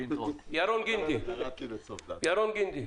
ירון גינדי,